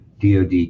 DOD